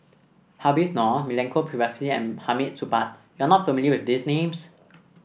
Habib Noh Milenko Prvacki and Hamid Supaat you are not familiar with these names